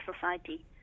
society